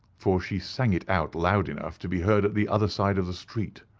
for she sang it out loud enough to be heard at the other side of the street,